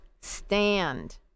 stand